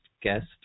guest